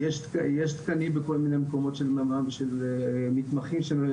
יש תקני מתמחים שלא